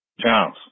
Charles